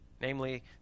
namely